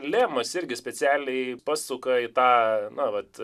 lemas irgi specialiai pasuka į tą nuolat